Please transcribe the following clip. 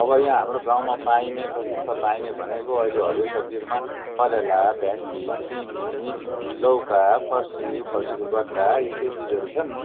अब यहाँ हाम्रो गाउँमा पाइने प्रशस्त पाइने भनेको अहिले हरियो सब्जीहरूमा करेला भिन्डी सिमी लौका फर्सी फर्सीको गट्टा यस्तै चिजहरू छन्